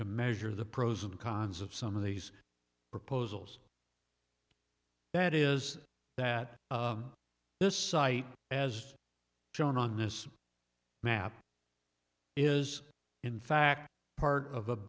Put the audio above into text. to measure the pros and cons of some of these proposals that is that this site as shown on this map is in fact part of